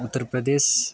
Uttar Pradesh